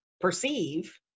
perceive